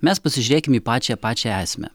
mes pasižiūrėkim į pačią pačią esmę